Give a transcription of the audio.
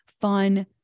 fun